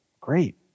Great